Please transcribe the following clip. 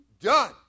done